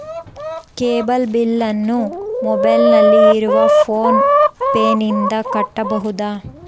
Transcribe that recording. Cable ಬಿಲ್ಲನ್ನು ಮೊಬೈಲಿನಲ್ಲಿ ಇರುವ ಫೋನ್ ಪೇನಿಂದ ಕಟ್ಟಬಹುದಾ?